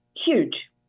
Huge